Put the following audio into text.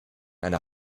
einer